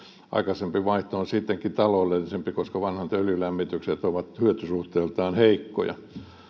aikaisempi vaihto on sittenkin taloudellisempi koska vanhat öljylämmitykset ovat hyötysuhteeltaan heikkoja